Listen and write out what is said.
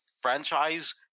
franchise